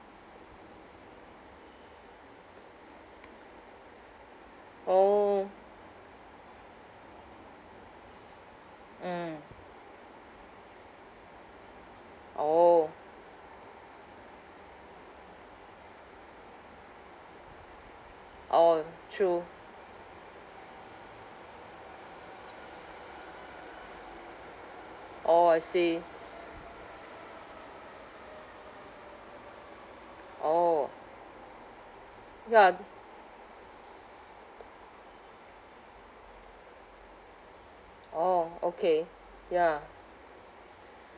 orh mm orh orh true orh I see orh ya orh okay ya